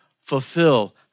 fulfill